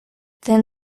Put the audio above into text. thin